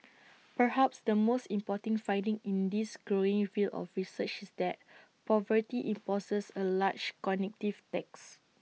perhaps the most important finding in this growing field of research is that poverty imposes A large cognitive tax